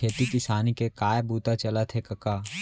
खेती किसानी के काय बूता चलत हे कका?